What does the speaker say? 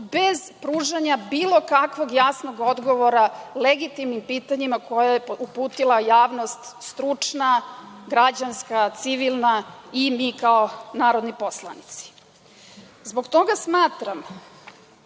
bez pružanja bilo kakvog jasnog odgovora legitimnim pitanjima koja je uputila javnost stručna, građanska, civilna i mi kao narodni poslanici. Zbog toga smatram